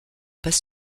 pas